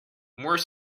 more